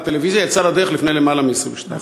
הטלוויזיה יצאה לדרך לפני למעלה מ-22 שנה.